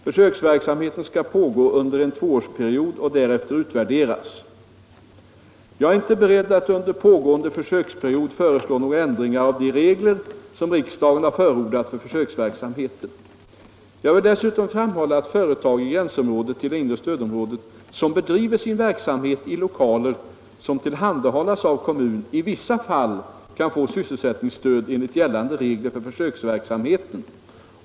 Försöksverksamheten skall pågå under en tvåårsperiod och därefter utvärderas. Jag är inte beredd att under pågående försöksperiod föreslå några ändringar av de regler som riksdagen har förordat för försöksverksamheten. Jag vill dessutom framhålla att företag i gränsområdet till det inre stödområdet som bedriver sin verksamhet i lokaler som tillhandahålls av kommun i vissa fall kan få sysselsättningsstöd enligt gällande regler för försöksverksamheten.